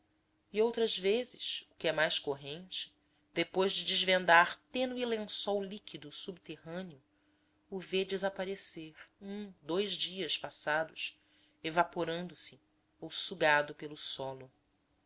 e outras vezes o que é mais corrente depois de desvendar tênue lençol líquido subterrâneo o vê desaparecer um dous dias passados evaporando se sugado pelo solo